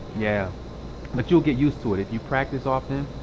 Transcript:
yeah but you'll get used to it if you practice often.